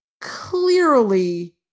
clearly